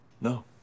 No